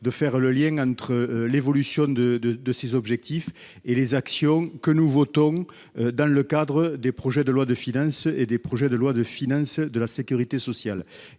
de faire le lien entre l'évolution de 2 de ses objectifs et les actions que nous votons dans le cadre des projets de loi de finances et des projets de loi de financement de la Sécurité sociale,